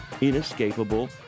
inescapable